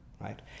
right